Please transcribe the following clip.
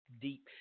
deep